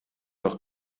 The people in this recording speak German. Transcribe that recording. doch